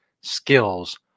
skills